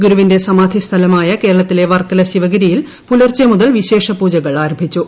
ഗുരുവിന്റെ സമാധി സ്ഥലമായ കേരളത്തിലെ വർക്കല ശിവഗിരിയിൽ പുലർച്ചെ മുതൽ വിശേഷപൂജകൾ ആരംഭിച്ചു